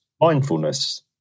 mindfulness